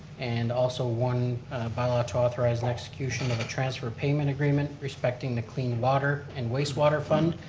and also one bylaw to authorize an execution of a transfer payment agreement respecting the clean water and waste water fund.